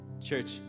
church